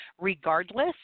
regardless